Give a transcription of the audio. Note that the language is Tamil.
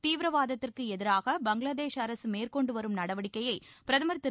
தீவிரவாதத்திற்கு எதிராக பங்களாதேஷ் அரசு மேற்கொண்டு வரும் நடவடிக்கையை பிரதமர் திரு